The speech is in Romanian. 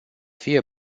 fie